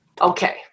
Okay